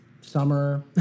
summer